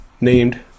named